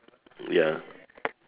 ya